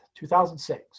2006